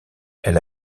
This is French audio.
elle